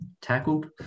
tackled